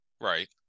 right